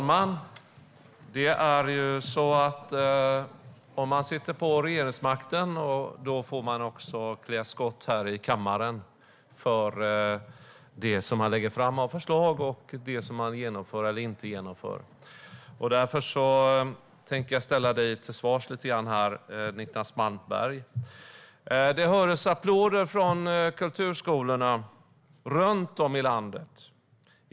Herr talman! Om man sitter på regeringsmakten får man också klä skott här i kammaren för de förslag som man lägger fram och det som man genomför eller inte genomför. Därför tänkte jag ställa dig till svars lite grann här, Niclas Malmberg. Det hördes applåder från kulturskolorna runt om i landet.